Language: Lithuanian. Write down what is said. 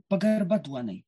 pagarba duonai